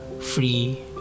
free